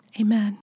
Amen